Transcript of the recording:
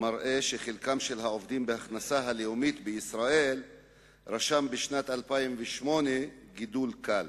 מראה שחלקם של העובדים בהכנסה הלאומית בישראל רשם בשנת 2008 גידול קל